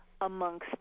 amongst